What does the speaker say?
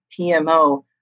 PMO